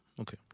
Okay